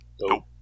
Nope